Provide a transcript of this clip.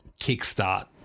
kickstart